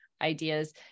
ideas